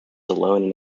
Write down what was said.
alone